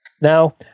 Now